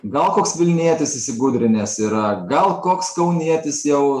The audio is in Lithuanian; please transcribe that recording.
gal koks vilnietis įsigudrinęs yra gal koks kaunietis jau